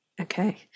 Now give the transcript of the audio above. Okay